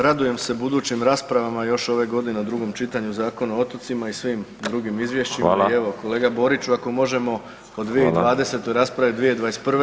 Radujem se budućim raspravama još ove godine u drugom čitanju Zakona o otocima i svim drugim izvješćima i evo kolega Boriću [[Upadica Škoro: Hvala.]] ako možemo o 2020.raspraviti 2021.